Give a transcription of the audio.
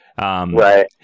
Right